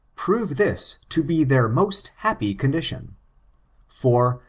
prove this to be their most happy condition for,